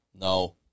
No